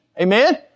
Amen